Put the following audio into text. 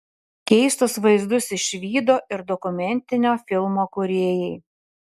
keistus vaizdus išvydo ir dokumentinio filmo kūrėjai